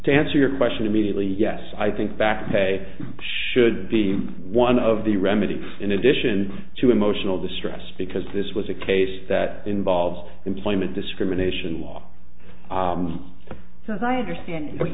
to answer your question immediately yes i think back pay should be one of the remedy in addition to emotional distress because this was a case that involves employment discrimination law so as i understand what